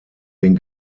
den